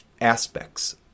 aspects